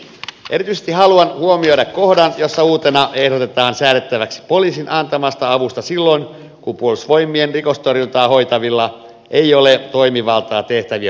erityisesti haluan huomioida kohdan jossa uutena ehdotetaan säädettäväksi poliisin antamasta avusta silloin kun puolustusvoimien rikostorjuntaa hoitavilla ei ole toimivaltaa tehtävien hoitamiseksi